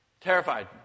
Terrified